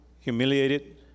humiliated